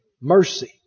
Mercy